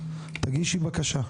תגישי בקשה,